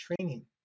training